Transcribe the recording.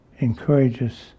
encourages